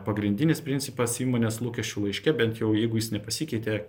pagrindinis principas įmonės lūkesčių laiške bent jau jeigu jis nepasikeitė